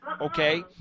okay